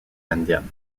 indienne